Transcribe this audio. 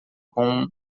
com